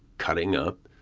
cutting up,